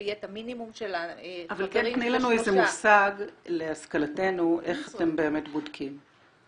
שיהיה את המינימום של החברים --- איך אתם באמת בודקים?